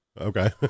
okay